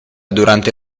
durante